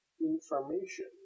information